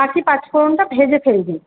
বাকি পাঁচ ফোড়নটা ভেজে ফেলবি